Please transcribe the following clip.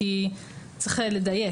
כי צריך לדייק.